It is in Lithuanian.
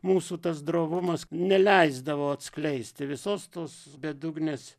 mūsų tas drovumas neleisdavo atskleisti visos tos bedugnės